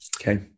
okay